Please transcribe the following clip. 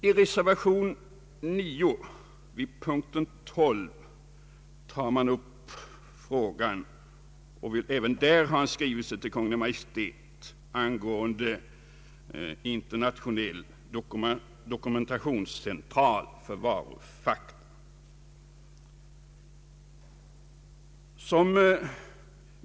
I reservation 9 vid punkt 12 vill man ha en skrivelse till Kungl. Maj:t angående en internationell dokumentationscentral för varufakta.